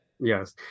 yes